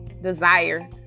desire